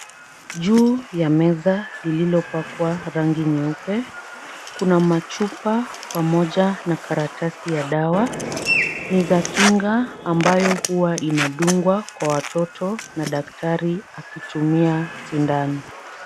Juu ya meza lililopakwa rangi nyeupe, kuna machupa pamoja na karatasi ya dawa. Ni za kinga ambayo huwa inadungwa kwa watoto na daktari akitumia sindano.